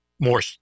More